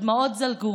הדמעות זלגו,